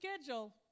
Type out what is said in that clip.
schedule